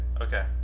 Okay